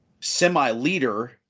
semi-leader